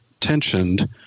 Tensioned